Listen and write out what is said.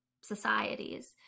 societies